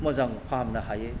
मोजां फाहामनो हायो